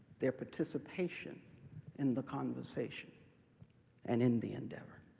their participation in the conversation and in the endeavor.